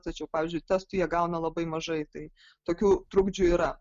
tačiau pavyzdžiui testų jie gauna labai mažai tai tokių trukdžių yra